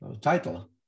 title